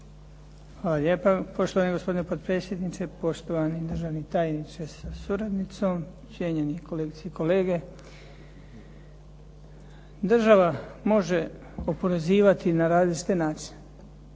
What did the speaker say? Hvala lijepa poštovani gospodine potpredsjedniče, poštovani državni tajniče sa suradnicom, cijenjeni kolegice i kolege. Država može oporezivati na različite načine.